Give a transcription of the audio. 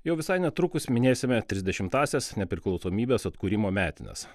jau visai netrukus minėsime trisdešimtąsias nepriklausomybės atkūrimo metines